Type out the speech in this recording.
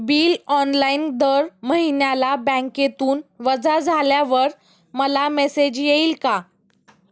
Bill online दर महिन्याला बँकेतून वजा झाल्यावर मला मेसेज येईल का?